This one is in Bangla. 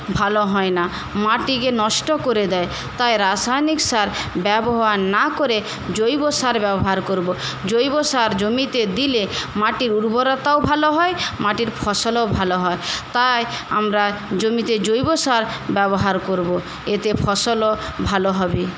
ভালো হয় না মাটিকে নষ্ট করে দেয় তাই রাসায়নিক সার ব্যবহার না করে জৈব সার ব্যবহার করবো জৈব সার জমিতে দিলে মাটির উর্বরতাও ভালো হয় মাটির ফসলও ভালো হয় তাই আমরা জমিতে জৈব সার ব্যবহার করবো এতে ফসলও ভালো হবে